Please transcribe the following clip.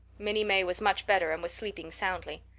minnie may was much better and was sleeping soundly.